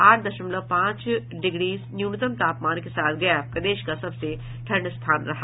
आठ दशमलव पांच डिग्री न्यूनतम तापमान के साथ गया प्रदेश का सबसे ठंड स्थान रहा